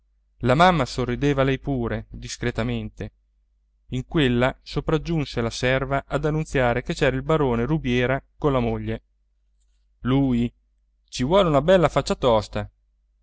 la mamma sorrideva lei pure discretamente in quella sopraggiunse la serva ad annunziare che c'era il barone rubiera con la moglie lui ci vuole una bella faccia tosta